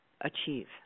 achieve